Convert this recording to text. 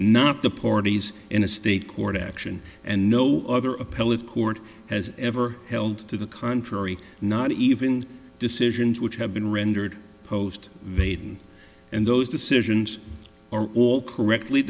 not the parties in a state court action and no other appellate court has ever held to the contrary not even decisions which have been rendered post made and those decisions are all correctly